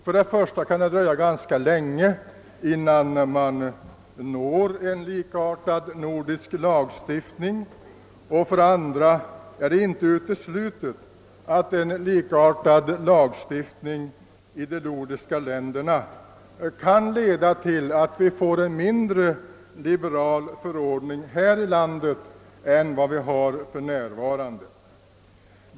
För det första kan det dröja ganska länge innan vi når fram till en likartad nordisk lagstiftning, och för det andra är det inte uteslutet att en sådan lagstiftning kan leda till att vi får en mindre liberal förordning här i landet än vi har nu.